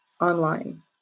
online